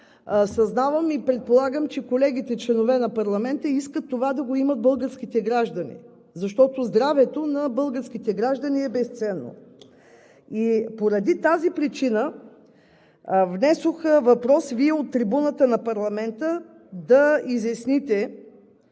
съзнавам и предполагам, че колегите – членове на парламента, искат българските граждани да имат това, защото здравето на българските граждани е безценно. Поради тази причина внесох въпрос – Вие от трибуната на парламента да изясните